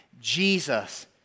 Jesus